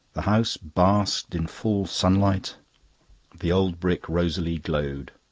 the house basked in full sunlight the old brick rosily glowed.